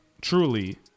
truly